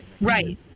right